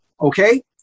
okay